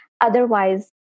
Otherwise